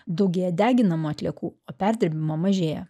daugėja deginamų atliekų o perdirbimo mažėja